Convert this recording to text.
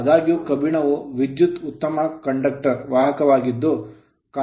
ಆದಾಗ್ಯೂ ಕಬ್ಬಿಣವು ವಿದ್ಯುತ್ನ ಉತ್ತಮ conductor ವಾಹಕವಾಗಿದೆ